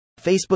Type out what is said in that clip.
Facebook